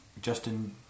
Justin